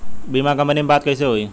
बीमा कंपनी में बात कइसे होई?